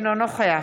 אינו נוכח